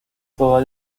todas